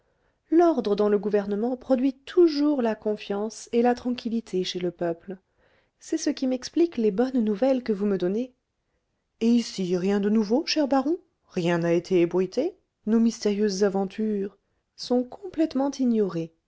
l'ordre dans le gouvernement produit toujours la confiance et la tranquillité chez le peuple c'est ce qui m'explique les bonnes nouvelles que vous me donnez et ici rien de nouveau cher baron rien n'a été ébruité nos mystérieuses aventures sont complètement ignorées